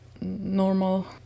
normal